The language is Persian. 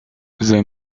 ضمن